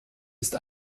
ist